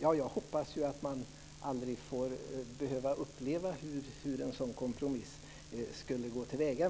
Jag hoppas att vi aldrig behöver uppleva hur en sådan kompromiss skulle gå till väga.